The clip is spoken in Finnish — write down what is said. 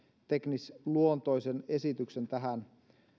teknisluontoisen esityksen tähän